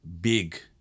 big